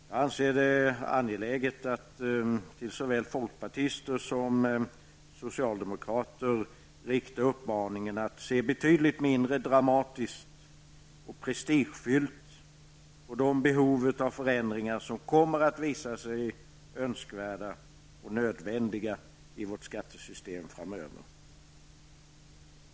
Jag anser det angeläget att till såväl folkpartister som socialdemokrater rikta uppmaningen att se betydligt mindre dramatiskt och prestigefyllt på de behov av förändringar som kommer att visa sig önskvärda och nödvändiga i vårt skattesystem framöver.